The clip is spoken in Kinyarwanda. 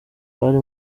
abari